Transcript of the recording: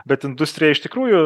bet industrija iš tikrųjų